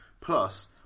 Plus